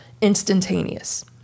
instantaneous